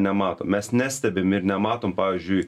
nematom mes nestebim ir nematom pavyzdžiui